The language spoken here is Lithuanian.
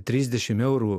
trisdešim eurų